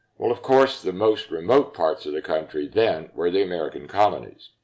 well, of course, the most remote parts of the country then were the american colonies.